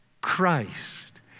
Christ